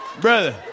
brother